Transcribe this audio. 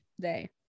day